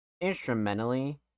instrumentally